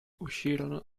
uscirono